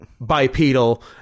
bipedal